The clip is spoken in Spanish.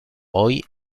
hoy